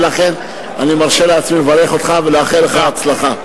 ולכן אני מרשה לעצמי לברך אותך ולאחל לך בהצלחה.